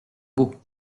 beau